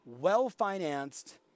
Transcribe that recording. well-financed